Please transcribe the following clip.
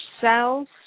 cells